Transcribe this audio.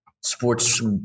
sports